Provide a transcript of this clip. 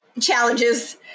Challenges